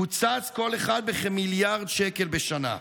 קוצץ כל אחד בכמיליארד שקל בשנה,